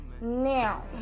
Now